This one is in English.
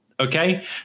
Okay